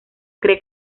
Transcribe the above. cree